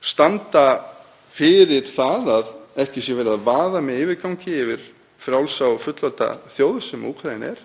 standa fyrir það að ekki sé verið að vaða með yfirgangi yfir frjálsa og fullvalda þjóð sem Úkraína er.